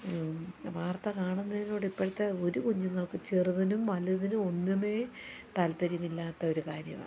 വാർത്ത കാണുന്നതിനോട് ഇപ്പോഴത്തെ ഒരു കുഞ്ഞുങ്ങൾക്കും ചെറുതിനും വലുതിനും ഒന്നുമേ താല്പര്യമില്ലാത്തൊരു കാര്യമാണ്